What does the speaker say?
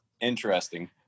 Interesting